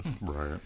right